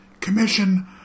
commission